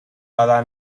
bada